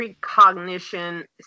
precognition